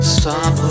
Stop